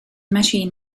machine